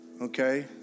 Okay